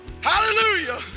Hallelujah